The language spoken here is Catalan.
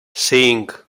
cinc